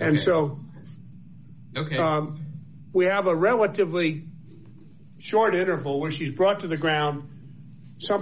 and so ok we have a relatively short interval where she's brought to the ground some